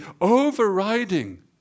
overriding